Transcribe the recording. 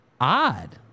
odd